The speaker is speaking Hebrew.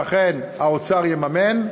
שאכן האוצר יממן,